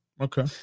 Okay